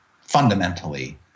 fundamentally